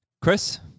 Chris